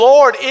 Lord